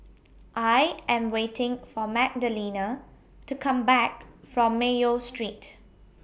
I Am waiting For Magdalena to Come Back from Mayo Street